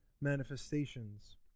manifestations